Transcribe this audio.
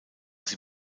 sie